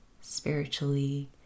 spiritually